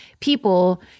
people